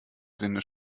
sinne